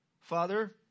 Father